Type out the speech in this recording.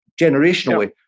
generationally